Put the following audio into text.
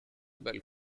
balles